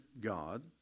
God